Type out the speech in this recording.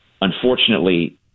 unfortunately